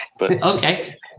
Okay